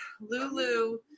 Lulu